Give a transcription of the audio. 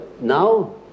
Now